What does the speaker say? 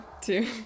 two